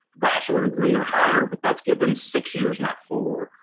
bachelor degree or higher, but that's given six years, not four,